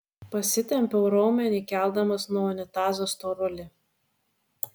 pasitempiau raumenį keldamas nuo unitazo storulį